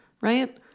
Right